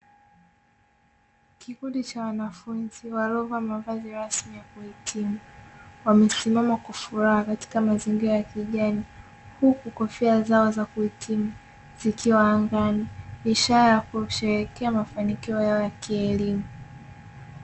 Kikundi cha wanafunzi waliovaa mavazi rasmi ya kuhitimu wamesimama kwa furaha katika mazingira ya kijani, huku kofia zao za kuhitimu zikiwa angani, ishara ya kusheherekea mafanikio yao ya kielimu.